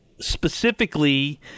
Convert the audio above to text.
specifically